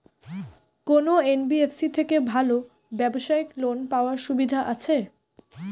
কোন এন.বি.এফ.সি থেকে ভালো ব্যবসায়িক লোন পাওয়ার সুবিধা আছে?